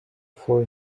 for